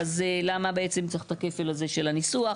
אז למה בעצם צריך את הכפל הזה של הניסוח.